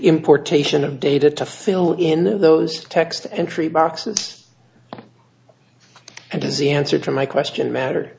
importation of data to fill in those text entry boxes and dizzy answer to my question matter